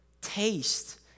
Taste